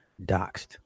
doxed